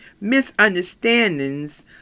misunderstandings